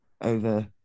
over